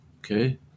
Okay